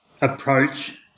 approach –